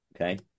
Okay